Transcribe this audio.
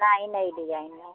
नहीं नहीं डिजाइन में